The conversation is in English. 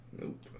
Nope